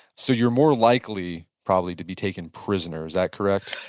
so you're more likely probably to be taken prisoner, is that correct?